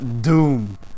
Doom